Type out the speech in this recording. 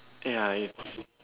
ya